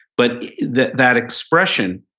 but that that expression,